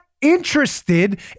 interested